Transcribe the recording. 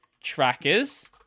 trackers